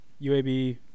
UAB